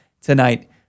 tonight